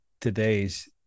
today's